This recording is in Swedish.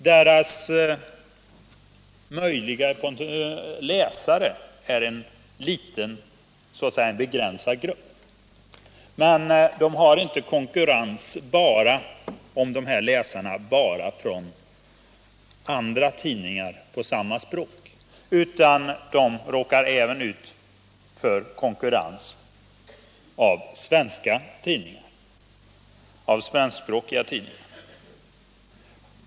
Deras möjliga läsare är en liten, begränsad grupp, och de har inte bara konkurrens om de läsarna från andra tidningar på samma språk, utan de råkar även ut för konkurrens av svenskspråkiga tidningar.